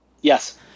Yes